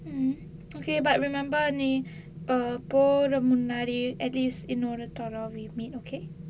mm okay but remember நீ போர முன்னாடி:nee pora munnaadi at least இன்னொரு தரம்:innoru tharam we meet okay